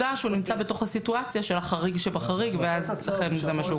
שהוא נמצא בתוך הסיטואציה של החריג שבחריג ואז לכן זה מה שהוא קובע.